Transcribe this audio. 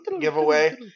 giveaway